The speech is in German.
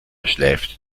schläft